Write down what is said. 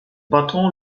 patron